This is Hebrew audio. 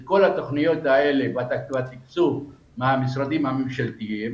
כל התוכניות האלה ואת התקצוב מהמשרדים הממשלתיים